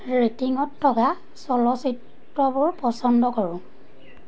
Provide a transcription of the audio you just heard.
ৰেটিংত থকা চলচিত্ৰবোৰ পচন্দ কৰোঁ